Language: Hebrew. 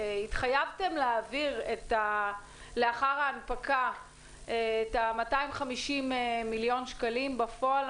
התחייבתם להעביר לאחר ההנפקה את ה-250 מיליון שקלים ובפועל,